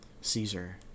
Caesar